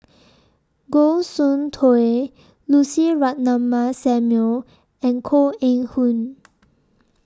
Goh Soon Tioe Lucy Ratnammah Samuel and Koh Eng Hoon